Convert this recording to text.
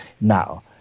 now